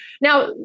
Now